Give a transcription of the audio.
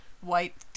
White